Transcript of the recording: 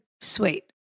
sweet